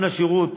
גם לשירות